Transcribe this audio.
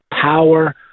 power